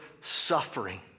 suffering